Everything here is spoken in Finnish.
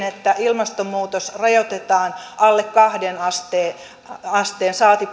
että ilmastonmuutos rajoitetaan alle kahteen asteen asteen saati